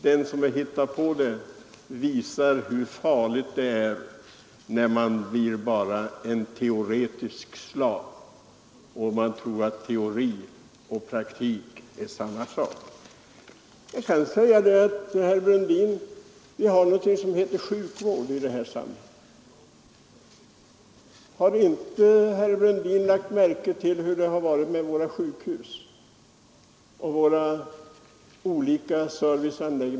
Den som har hittat på den konstruktionen har visat hur farligt det är att bli slav under teorier och tro att teori och praktik är samma sak. Det förekommer sjukvård i det här samhället. Har inte herr Brundin lagt märke till hur det är vid våra sjukhus?